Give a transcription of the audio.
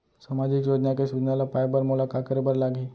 सामाजिक योजना के सूचना ल पाए बर मोला का करे बर लागही?